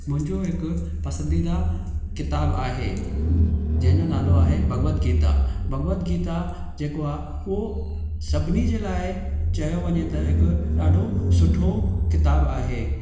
मुंहिंजो हिकु पसंदीदा किताबु आहे जंहिंजो नालो आहे भगवत गीता भगवत गीता जेको आहे उहो सभिनी जे लाइ चयो वञे त हिकु ॾाढो सुठो किताबु आहे